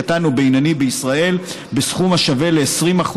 קטן או בינוני בישראל בסכום השווה ל-20%